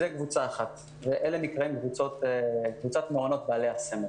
זו קבוצה אחת, שנקראת קבוצת המעונות בעלי הסמל.